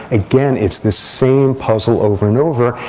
again, it's the same puzzle over and over.